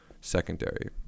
secondary